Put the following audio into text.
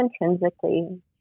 intrinsically